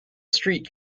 street